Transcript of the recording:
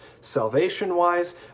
Salvation-wise